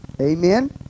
Amen